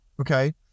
okay